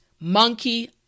monkey